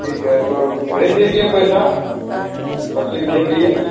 ठीक है तो भेज दीजिये पैसा मछली दे दिये